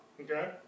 Okay